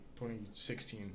2016